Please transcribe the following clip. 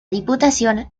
diputación